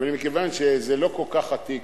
ומכיוון שזה לא כל כך עתיק,